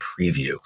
preview